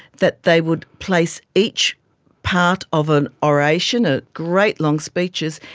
that they would place each part of an oration, ah great long speeches,